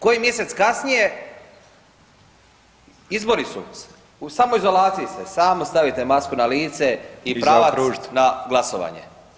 Koji mjesec kasnije izbori su u samoizolaciji ste, samo stavite masku na lice i pravac na glasovanje.